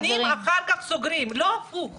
קודם דנים, אחר כך סוגרים, לא הפוך.